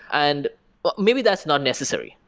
and but maybe that's not necessary.